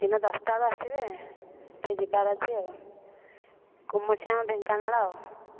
ଦିନ ଦଶଟା ବେଳୁ ଆସିବେ ଟିକିଏ ଯିବାର ଅଛି ଆଉ କୁମୁରିସିଆଁରୁ ଢ଼େଙ୍କାନାଳ